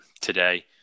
today